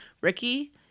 Ricky